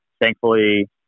thankfully